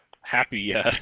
happy